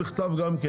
בחייך,